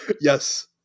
Yes